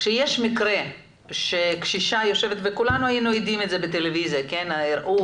כשיש מקרה שקשישה יושבת וכולנו היינו עדים לזה בטלוויזיה כשהראו